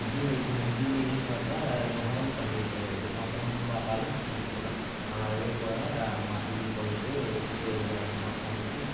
ஜூலை ஜூலைலேயும் பார்த்தா மொஹரம் பண்டிகை வருது மொஹரம் பார்த்தாலும் முஸ்லீமுக்கு தான் அங்கே அதே போல் மசூதி போய்ட்டு பிர ஜ நமாஸ் பண்ணிவிட்டு